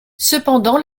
cependant